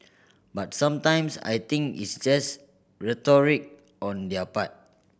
but sometimes I think it's just rhetoric on their